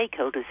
stakeholders